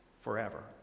forever